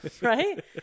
right